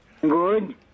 Good